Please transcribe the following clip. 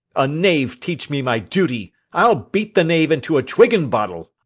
a knave teach me my duty! i'll beat the knave into a twiggen bottle.